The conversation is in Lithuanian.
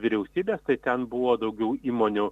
vyriausybės tai ten buvo daugiau įmonių